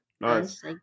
Nice